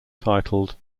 titled